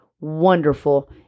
wonderful